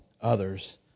others